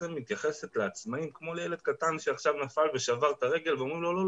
מתייחסת לעצמאים כמו לילד קטן שעכשיו נפל ושבר את הרגל ואומרים לו: לא,